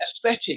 aesthetic